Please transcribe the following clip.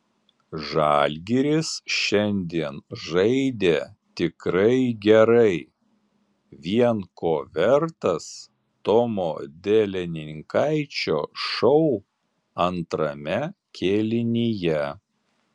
žalgiris šiandien žaidė tikrai gerai vien ko vertas tomo delininkaičio šou antrame kėlinyje